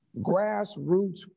grassroots